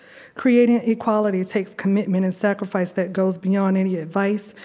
creating equality takes commitment and sacrifice that goes beyond any advice,